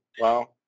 wow